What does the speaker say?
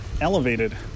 elevated